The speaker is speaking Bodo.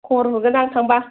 खबर हरगोन आं थांबा